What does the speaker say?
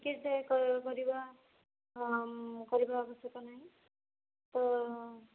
କିଏସେ କ କରିବା କରିବା ଆବଶ୍ୟକ ନାହିଁ ତ